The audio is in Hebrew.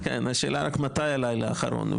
כן, השאלה היא רק מתי הלילה האחרון.